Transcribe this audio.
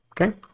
Okay